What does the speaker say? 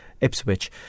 Ipswich